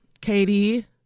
Katie